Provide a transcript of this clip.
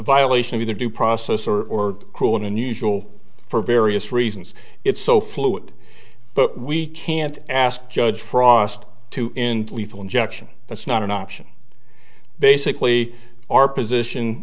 violation of their due process or cruel and unusual for various reasons it's so fluid but we can't ask judge frost to end lethal injection that's not an option basically our position